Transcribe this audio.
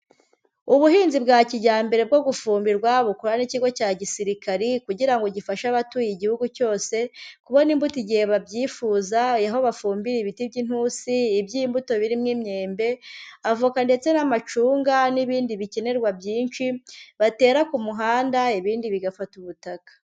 Ubuhinzi bwa kijyambere bwo gufumbirwa bukora n'ikigo cya gisirikari, kugira ngo gifashe abatuye igihugu cyose kubona imbuto igihe babyifuza, aho bafumbira ibiti by'inintusi, iby'imbuto birimo imyembe, avoka ndetse n'amacunga, n'ibindi bikenerwa byinshi batera ku muhanda, ibindi bigafata ubutaka.